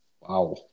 Wow